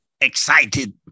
excited